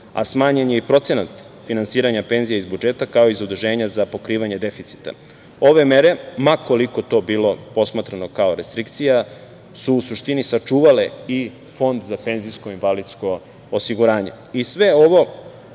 a smanjen je i procenat finansiranja penzija iz budžeta, kao i zaduženja za pokrivanje deficita. Ove mere, ma koliko to bilo posmatrano kao restrikcija, su u suštini sačuvale i Fond za PIO.Sve ovo govori upravo u prilog